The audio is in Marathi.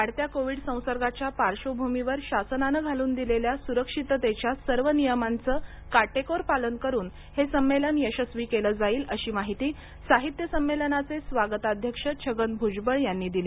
वाढत्या कोविड संसर्गाच्या पार्श्वभूमीवर शासनाने घालून दिलेल्या सुरक्षिततेच्या सर्व नियमांचे काटेकोर पालन करून हे संमेलन यशस्वी केले जाईल अशी माहिती साहित्य संमेलनाचे स्वागताध्यक्ष छगन भूजबळ यांनी दिली